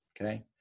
Okay